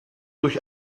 durch